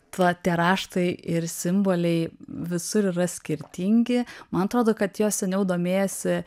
ta tie raštai ir simboliai visur yra skirtingi man atrodo kad jos seniau domėjosi